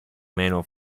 meno